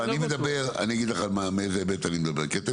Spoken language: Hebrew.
אני אגיד לך מאיזה היבט אני מדבר כי אתם